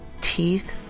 Teeth